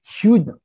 huge